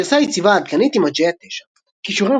הגרסה היציבה העדכנית היא Mageia 9. קישורים